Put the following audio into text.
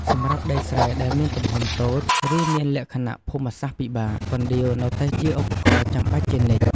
សម្រាប់ដីស្រែដែលមានទំហំតូច ឬមានលក្ខណៈភូមិសាស្ត្រពិបាក កណ្ដៀវនៅតែជាឧបករណ៍ចាំបាច់ជានិច្ច។